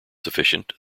sufficient